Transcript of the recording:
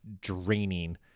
draining